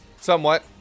Somewhat